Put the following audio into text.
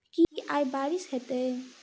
की आय बारिश हेतै?